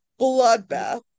bloodbath